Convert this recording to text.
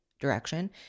direction